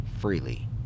freely